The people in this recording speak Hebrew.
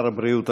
שר הבריאות,